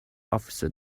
officer